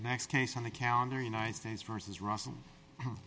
next case on the calendar united states versus russell